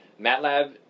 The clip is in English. MATLAB